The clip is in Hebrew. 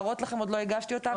עוד לא הגשתי אותן.